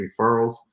referrals